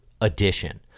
addition